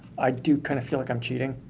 i do kind of feel like i'm cheating,